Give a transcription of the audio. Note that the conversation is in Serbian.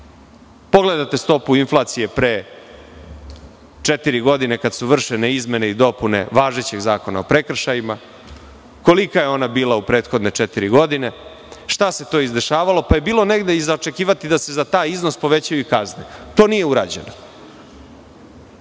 Pogledajte stopu inflacije pre četiri godine kada su vršene izmene i dopune važećeg Zakona o prekršajima, kolika je ona bila u prethodne četiri godine, šta se to izdešavalo, pa je bilo negde i za očekivati da se za taj iznos povećaju i kazne. To nije